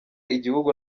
igihugu